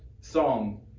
song